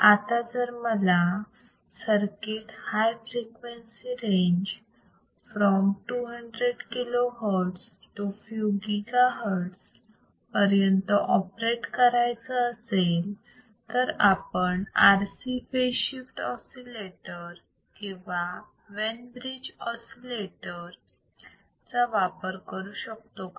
आता जर मला circuit high frequency range from 200 kilo hertz to few gigahertz पर्यंत ऑपरेट करायचा असेल तर आपण RC फेज शिफ्ट ऑसिलेटर किंवा वेन ब्रिज ऑसिलेटर चा वापर करू शकतो का